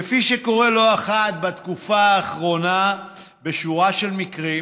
כפי שקורה לא אחת בתקופה האחרונה בשורה של מקרים,